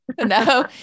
No